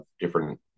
different